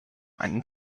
einen